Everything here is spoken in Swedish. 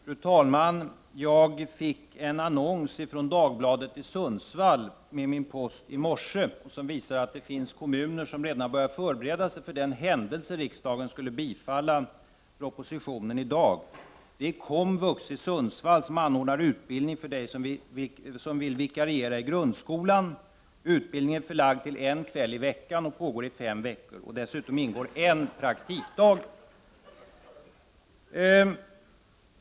Fru talman! Jag fick en annons från Dagbladet i Sundsvall med min post i morse. Den visar att det finns kommuner som redan har börjat förbereda sig, för den händelse att riksdagen i dag skulle bifalla propositionen. Det är komvux i Sundsvall som ordnar utbildning ”för dig som vill vikariera i grundskolan”. Utbildningen är förlagd till en kväll i veckan och pågår i fem veckor. Dessutom ingår en praktikdag.